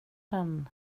den